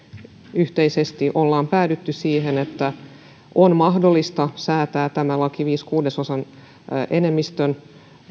yhteisesti olemme päätyneet siihen että on mahdollista säätää tämä laki viiden kuudesosan enemmistön